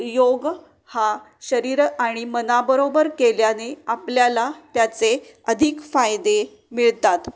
योग हा शरीर आणि मनाबरोबर केल्याने आपल्याला त्याचे अधिक फायदे मिळतात